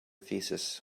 thesis